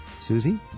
Susie